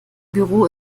büro